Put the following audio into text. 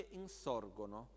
insorgono